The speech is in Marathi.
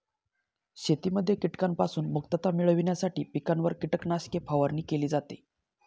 शेतीमध्ये कीटकांपासून मुक्तता मिळविण्यासाठी पिकांवर कीटकनाशके फवारणी केली जाते